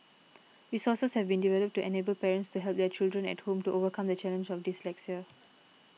resources have been developed to enable parents to help their children at home to overcome the challenge of dyslexia